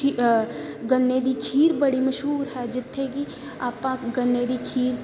ਖੀ ਗੰਨੇ ਦੀ ਖੀਰ ਬੜੀ ਮਸ਼ਹੂਰ ਹੈ ਜਿੱਥੇ ਕਿ ਆਪਾਂ ਗੰਨੇ ਦੀ ਖੀਰ